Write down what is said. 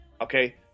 okay